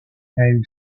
elle